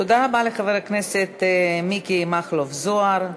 תודה רבה לחבר הכנסת מכלוף מיקי זוהר.